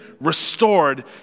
restored